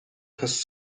has